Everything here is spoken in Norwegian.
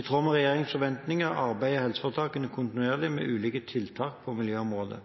I tråd med regjeringens forventninger arbeider helseforetakene kontinuerlig med ulike tiltak på miljøområdet.